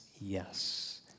yes